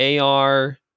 ar